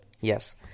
Yes